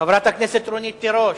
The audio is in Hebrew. חברת הכנסת רונית תירוש.